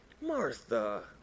Martha